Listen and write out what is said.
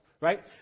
right